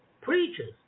Preachers